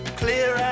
clear